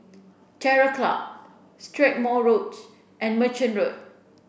Terror Club Strathmore Road and Merchant Road